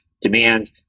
demand